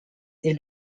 est